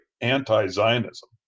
anti-Zionism